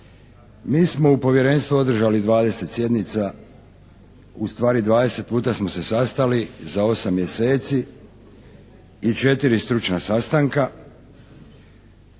Mi smo u Povjerenstvu održali 20 sjednica, ustvari 20 puta smo se sastali za 8 mjeseci i 4 stručna sastanka.